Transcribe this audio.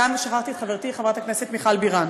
גם שכחתי את חברתי חברת הכנסת מיכל בירן.